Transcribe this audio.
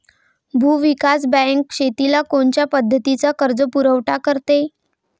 भूविकास बँक शेतीला कोनच्या मुदतीचा कर्जपुरवठा करते?